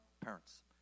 parents